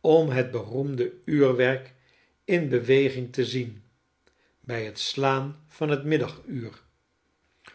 om het beroemde uurwerk in beweging te zien bij het slaan van het middaguur